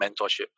mentorship